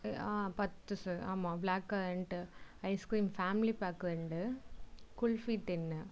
பத்து சார் ஆமாம் black currant ice cream family pack ரெண்டு குல்ஃபி டென்